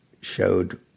showed